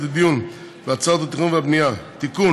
לדיון בהצעות חוק התכנון והבנייה (תיקון,